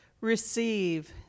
Receive